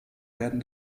werden